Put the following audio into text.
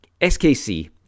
SKC